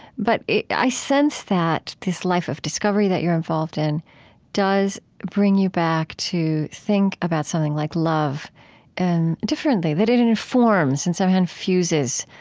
but i sense that this life of discovery that you're involved in does bring you back to think about something like love and differently that it informs and somehow infuses